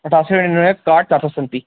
दस्स दे किन्ने होए काह्ठ तिन सौ सैंती